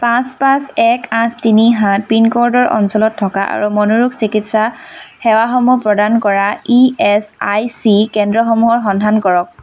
পাঁচ পাঁচ এক আঠ তিনি সাত পিনক'ডৰ অঞ্চলত থকা আৰু মনোৰোগ চিকিৎসা সেৱাসমূহ প্ৰদান কৰা ই এছ আই চি কেন্দ্ৰসমূহৰ সন্ধান কৰক